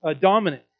Dominant